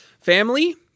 family